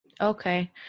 Okay